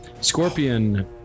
Scorpion